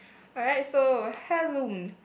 alright so Halloween